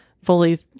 fully